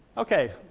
okay,